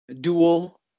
dual